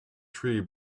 tree